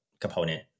component